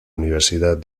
universidad